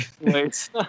Wait